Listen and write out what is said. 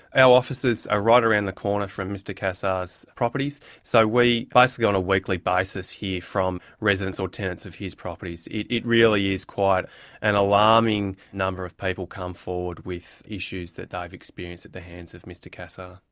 our offices are right around the corner from mr cassar's properties, so we, basically on a weekly basis hear from residents or tenants of his properties. it it really is quite an alarming number of people who come forward with issues that they've experienced at the hands of mr cassar.